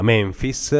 Memphis